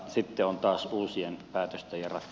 sitten on taas uusien päätösten